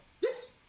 Yes